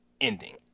ending